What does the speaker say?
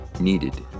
needed